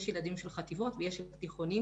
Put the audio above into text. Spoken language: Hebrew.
יש ילדים של חטיבות ויש את התיכונים,